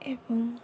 ଏବଂ